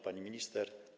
Pani Minister!